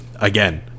again